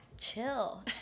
chill